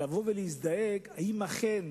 לבוא ולהזדעק אם אכן